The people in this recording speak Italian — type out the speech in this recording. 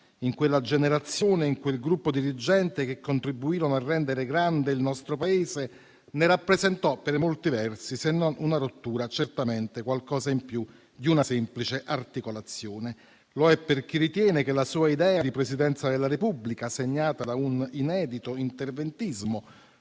in quella generazione e in quel gruppo dirigente che contribuirono a rendere grande il nostro Paese, ne rappresentò per molti versi, se non una rottura, certamente qualcosa in più di una semplice articolazione. Lo è per chi ritiene che la sua idea di Presidenza della Repubblica, segnata da un inedito interventismo,